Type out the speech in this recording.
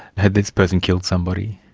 had this person killed somebody?